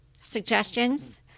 suggestions